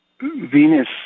Venus